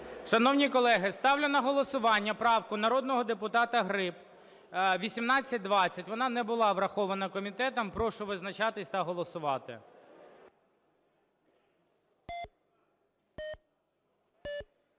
Шановні колеги, ставлю на голосування правку народного депутата Гриб, 1820. Вона не була врахована комітетом. Прошу визначатись та голосувати.